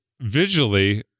visually